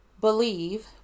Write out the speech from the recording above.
believe